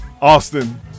Austin